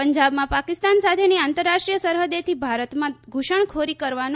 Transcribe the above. પંજાબમાં પાકિસ્તાન સાથેની આંતરરાષ્ટ્રીય સરહદેથી ભારતમાં ધુસણખોરી કરવાનો